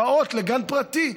פעוט לגן פרטי,